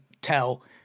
tell